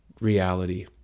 reality